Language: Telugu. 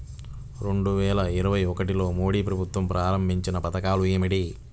రెండు వేల ఇరవై ఒకటిలో మోడీ ప్రభుత్వం ప్రారంభించిన పథకాలు ఏమిటీ?